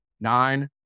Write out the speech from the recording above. nine